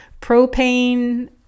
propane